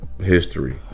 History